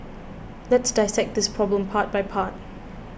let's dissect this problem part by part